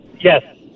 Yes